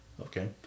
okay